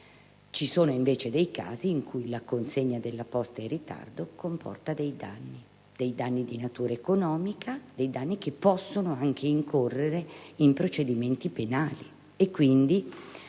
Ci sono invece casi in cui la consegna della posta in ritardo comporta danni di natura economica o disguidi che possono anche far incorrere in procedimenti penali.